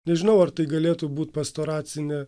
nežinau ar tai galėtų būt pastoracinė